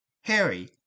Harry